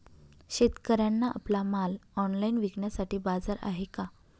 शेतकऱ्यांना आपला माल ऑनलाइन विकण्यासाठी बाजार आहे का?